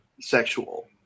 sexual